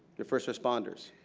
your first responders,